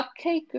cupcake